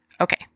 Okay